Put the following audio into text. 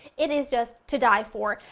it is just to die for.